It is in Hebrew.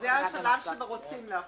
זה השלב שרוצים להכריז,